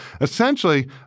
essentially